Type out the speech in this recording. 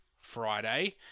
Friday